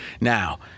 now